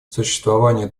сосуществование